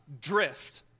drift